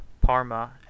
Parma